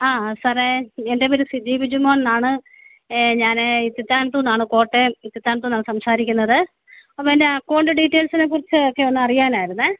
ആ സാറേ എന്റെ പേര് സിജി ബിജുമോൻന്നാണ് ഞാൻ ഇത്തിത്താനത്തൂന്നാണ് കോട്ടയം ഇത്തിത്താനത്തൂന്നാണ് സംസാരിക്കുന്നത് അപ്പം എന്റെ അക്കോണ്ട് ഡീറ്റൈൽസിനെക്കുറിച്ച് ഒക്കെ ഒന്ന് അറിയാനായിരുന്നു